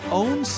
own